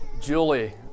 Julie